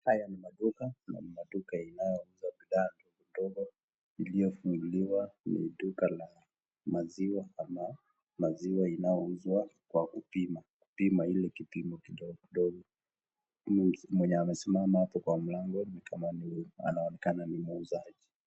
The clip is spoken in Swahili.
Haya ni maduka, na ni maduka inayouza bidhaa ndogo ndogo, iliyofunguliwa ni duka la maziwa ama maziwa inayouza owa kupima, kupima ile kipimo kidogo kidogo, mwenye amesimama hapo kwa mlango ni kama ni, anaonekana ni muuzaji.